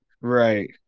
right